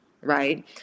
right